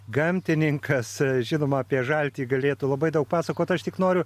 gamtininkas žinoma apie žaltį galėtų labai daug pasakot aš tik noriu